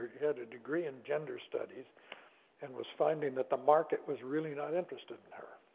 had a degree in gender studies and was finding that the market was really not interested in her.